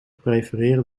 prefereren